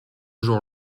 jour